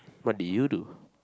what do you do